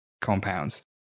compounds